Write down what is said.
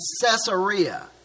Caesarea